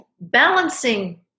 balancing